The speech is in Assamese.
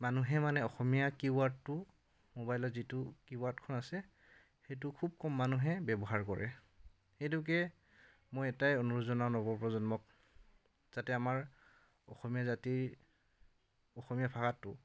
মানুহে মানে অসমীয়া কি বোৰ্ডটো ম'বাইলত যিটো কি বোৰ্ডখন আছে সেইটো খুব কম মানুহে ব্যৱহাৰ কৰে সেইটোকে মই এটাই অনুৰোধ জনাওঁ নৱ প্ৰজন্মক যাতে আমাৰ অসমীয়া জাতি অসমীয়া ভাষাটো